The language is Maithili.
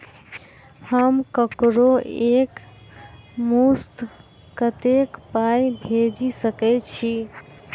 हम ककरो एक मुस्त कत्तेक पाई भेजि सकय छी?